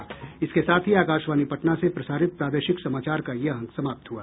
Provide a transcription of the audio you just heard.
इसके साथ ही आकाशवाणी पटना से प्रसारित प्रादेशिक समाचार का ये अंक समाप्त हुआ